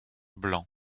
blanc